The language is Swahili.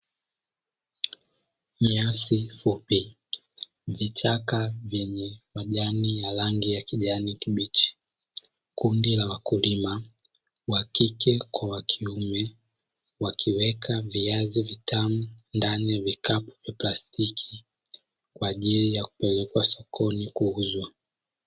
Nyasi fupi vichaka vyenye majani ya rangi ya kijani kibichi kundi la wakulima wa kike kwa kiume, wakiweka viazi vitamu ndani vikapu vya plastiki kwa ajili ya kupelekwa sokoni kuuzwa.